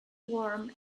warm